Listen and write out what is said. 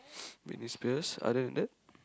Britney-Spears other than that